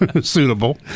suitable